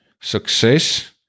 success